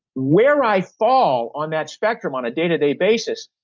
where i fall on that spectrum on a day-to-day basis,